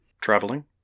traveling